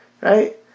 Right